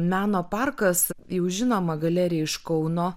meno parkas jau žinoma galerija iš kauno